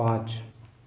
पाँच